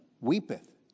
weepeth